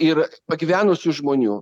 ir pagyvenusių žmonių